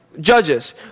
Judges